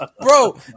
bro